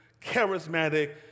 Charismatic